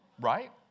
Right